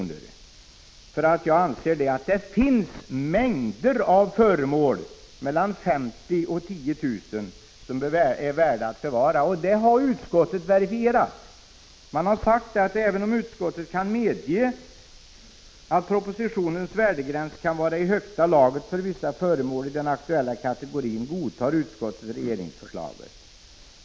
därför att jag anser att det finns många föremål mellan 50 000 kr. och 10 000 kr. som är värda att bevara. Detta har utskottet verifierat. Man har sagt: ”Även om utskottet kan medge att propositionens värdegräns kan vara i högsta laget för vissa föremål i den aktuella kategorin, godtar utskottet regeringsförslaget.